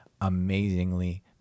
amazingly